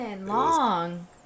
long